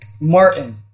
Martin